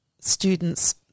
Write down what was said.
students